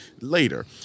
later